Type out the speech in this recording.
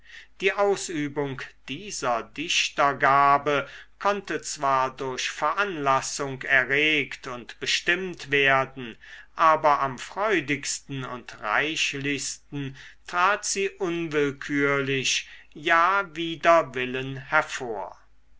die ausübung dieser dichtergabe konnte zwar durch veranlassung erregt und bestimmt werden aber am freudigsten und reichlichsten trat sie unwillkürlich ja wider willen hervor